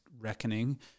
reckoning